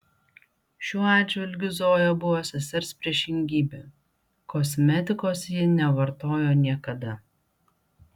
šiuo atžvilgiu zoja buvo sesers priešingybė kosmetikos ji nevartojo niekada